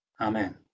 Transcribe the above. Amen